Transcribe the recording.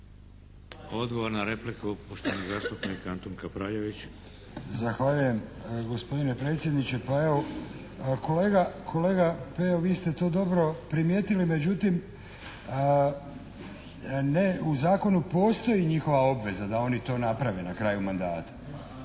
Odgovor na repliku, poštovani zastupnik Antun Kapraljević. **Kapraljević, Antun (HNS)** Zahvaljujem, gospodine predsjedniče. Pa evo, kolega Pejo, vi ste to dobro primijetili, međutim ne, u zakonu postoji njihova obveza da oni to naprave na kraju mandata.